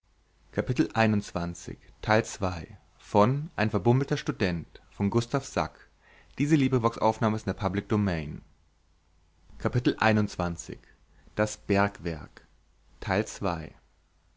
ein verbummelter student